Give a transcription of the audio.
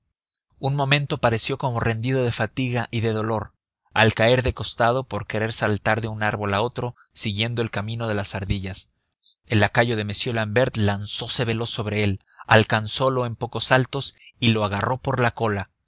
un momento pareció como rendido de fatiga y de dolor al caer de costado por querer saltar de un árbol a otro siguiendo el camino de las ardillas el lacayo de m l'ambert lanzose veloz sobre él alcanzolo en pocos saltos y lo agarró por la cola